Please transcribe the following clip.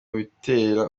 bitera